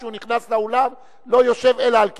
כשהוא נכנס לאולם לא יושב אלא על כיסאו.